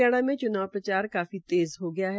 हरियाणा में च्नाव प्रचार काफी तेज़ हो गया है